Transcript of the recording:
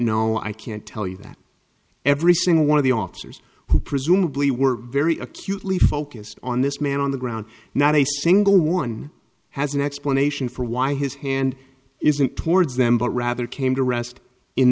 know i can't tell you that every single one of the officers who presumably were very acutely focussed on this man on the ground not a single one has an explanation for why his hand isn't towards them but rather came to rest in